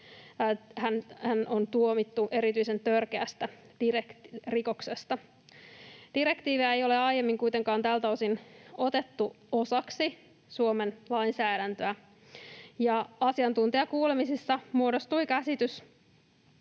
hänet on tuomittu erityisen törkeästä rikoksesta. Direktiiviä ei ole aiemmin kuitenkaan tältä osin otettu osaksi Suomen lainsäädäntöä, ja asiantuntijakuulemisissa muodostui käsitys